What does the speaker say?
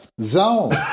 zone